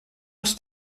als